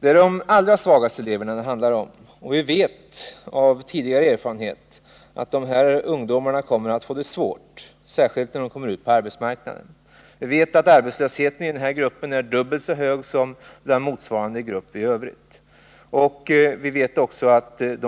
Det är de allra svagaste eleverna det handlar om, och vi vet av tidigare erfarenhet att dessa ungdomar kommer att få det svårt, särskilt när de kommer ut på arbetsmarknaden. Vi vet att arbetslösheten i denna grupp är dubbelt så hög som inom samma åldersgrupp i övrigt. Vi vet också att de